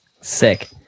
Sick